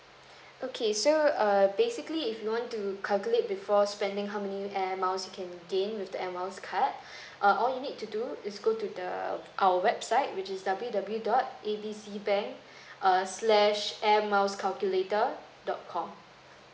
okay so err basically if you want to calculate before spending how may air miles you can gain with the air miles card uh all you need to do is go to the our website which is w w dot A B C bank err slash air miles calculator dot com